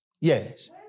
Yes